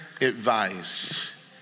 advice